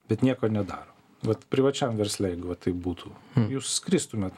bet nieko nedaro vat privačiam versle va taip būtų jūs skristumėt